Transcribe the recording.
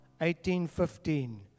1815